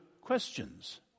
questions